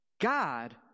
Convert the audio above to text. God